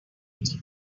waiting